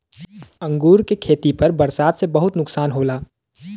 अंगूर के खेती पर बरसात से बहुते नुकसान होला